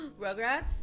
Rugrats